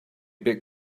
big